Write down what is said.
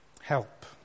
help